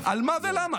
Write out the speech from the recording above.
על מה ולמה?